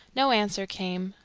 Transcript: no answer came.